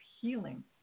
healing